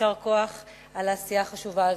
יישר כוח על העשייה החשובה הזאת.